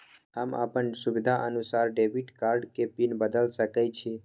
हम अपन सुविधानुसार डेबिट कार्ड के पिन बदल सके छि?